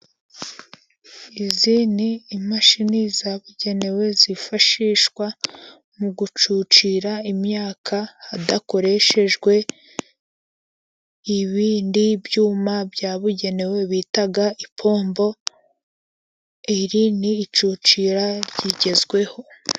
Izi ni imashini zabugenewe zifashishwa mu gucucira imyaka, hadakoreshejwe ibindi byuma byabugenewe bita ipombo, iri n'icucira rigezweho.